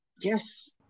yes